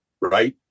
right